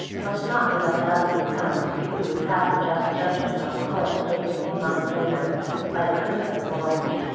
must not be left out of the account if we would pass a just judgment on the course taken a few months later by the princess of orange.